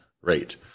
rate